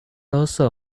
also